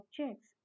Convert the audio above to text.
objects